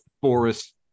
forest